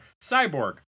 cyborg